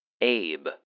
Abe